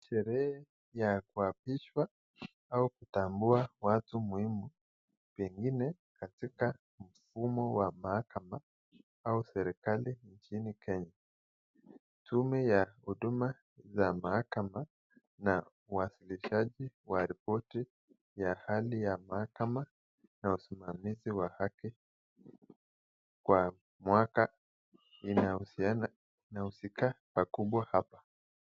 Sherehe ya kuapishwa au kutambua watu muhimu pengine katika mfumo wa mahakama au serekali nchini Kenya. Tume ya huduma za mahakama na uwasilishaji wa ripoti ya hali ya mahakama na usimamizi wa haki kwa mwaka inayohusiana inahusika pakubwa hapa.